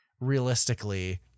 realistically